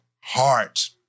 heart